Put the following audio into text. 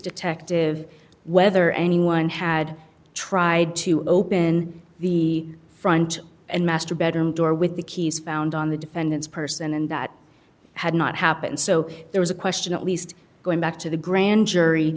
detective whether anyone had tried to open the front and master bedroom door with the keys found on the defendant's person and that had not happened so there was a question at least going back to the grand jury